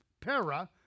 para